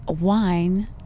wine